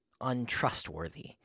untrustworthy